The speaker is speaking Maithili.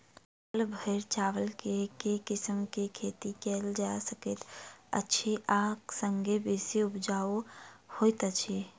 साल भैर चावल केँ के किसिम केँ खेती कैल जाय सकैत अछि आ संगे बेसी उपजाउ होइत अछि?